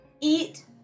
eat